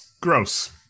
Gross